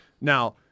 Now